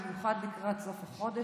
במיוחד לקראת סוף החודש,